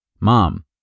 Mom